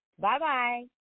Bye-bye